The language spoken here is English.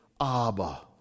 Abba